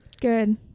Good